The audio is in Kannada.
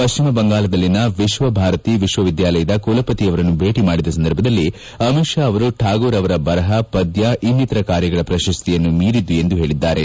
ಪಶ್ಚಿಮ ಬಂಗಾಲದಲ್ಲಿನ ವಿಶ್ವಭಾರತಿ ವಿಶ್ವವಿದ್ಯಾಲಯದ ಕುಲಪತಿಯವರನ್ನು ಭೇಟಿ ಮಾಡಿದ ಸಂದರ್ಭದಲ್ಲಿ ಅಮಿತ್ ಶಾ ಅವರು ಕಾಗೂರ್ ಅವರ ಬರಹ ಪದ್ಮ ಇನ್ನಿತರ ಕಾರ್ಕಗಳು ಪ್ರಶಸ್ತಿಯನ್ನು ಮೀರಿದ್ದು ಎಂದು ಹೇಳಿದ್ದಾರೆ